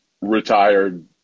retired